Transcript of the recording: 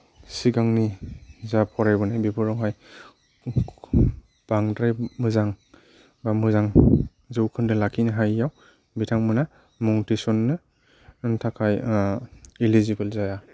सिगांनि जा फरायबोनाय बेफोरावहाय बांद्राय मोजां बा मोजां जौखोन्दो लाखिनो हायियाव बिथांमोना मुं थिसन्नो नो थाखाय इलिजिबोल जाया